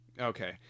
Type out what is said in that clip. Okay